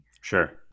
Sure